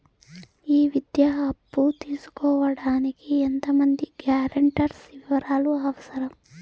ఈ విద్యా అప్పు తీసుకోడానికి ఎంత మంది గ్యారంటర్స్ వివరాలు అవసరం?